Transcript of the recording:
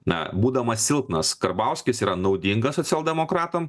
na būdamas silpnas karbauskis yra naudinga socialdemokratam